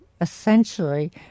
essentially